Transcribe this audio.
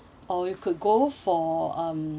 or you could go for um